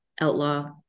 outlaw